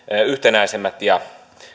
yhtenäisemmät ja